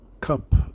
cup